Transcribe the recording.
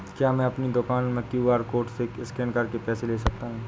क्या मैं अपनी दुकान में क्यू.आर कोड से स्कैन करके पैसे ले सकता हूँ?